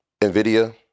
NVIDIA